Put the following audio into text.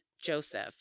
Joseph